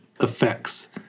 effects